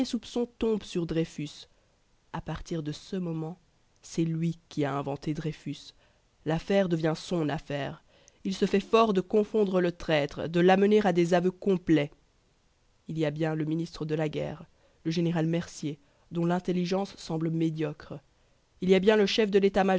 soupçon tombe sur dreyfus a partir de ce moment c'est lui qui a inventé dreyfus l'affaire devient son affaire il se fait fort de confondre le traître de l'amener à des aveux complets il y a bien le ministre de la guerre le général mercier dont l'intelligence semble médiocre il y a bien le chef de